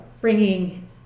bringing